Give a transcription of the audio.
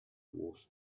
wars